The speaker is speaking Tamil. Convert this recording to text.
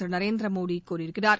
திரு நரேந்திர மோடி கூறியிருக்கிறார்